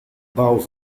bouw